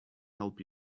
help